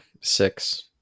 six